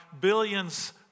billions